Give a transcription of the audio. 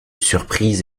surprise